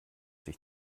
sich